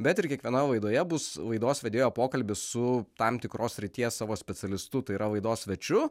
bet ir kiekvienoje laidoje bus laidos vedėjo pokalbis su tam tikros srities savo specialistu tai yra laidos svečiu